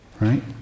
Right